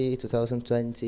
2020